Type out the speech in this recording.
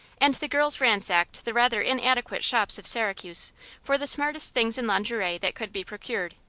and the girls ransacked the rather inadequate shops of syracuse for the smartest things in lingerie that could be procured.